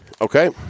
Okay